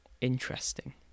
interesting